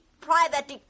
private